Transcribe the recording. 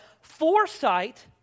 foresight